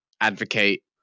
advocate